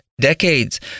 decades